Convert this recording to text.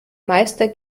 meister